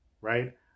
right